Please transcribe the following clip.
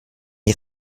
die